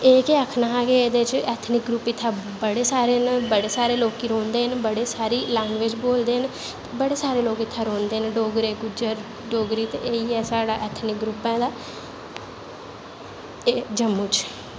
एह् गै आखनां ते इत्थें ऐथनिक ग्रुप बड़े सारे न बड़े सारे लोक रौंह्दे न बड़ा सारी लैंग्वेज़ बोलदे न बड़े सारे लोग इत्थें रौंह्दे न डोगरे गुज्जर ते इयै साढ़ा ऐथनिक ग्रुप ऐ जम्मू च